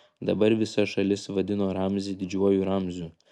dabar visa šalis vadino ramzį didžiuoju ramziu